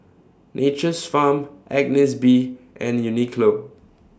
Nature's Farm Agnes B and Uniqlo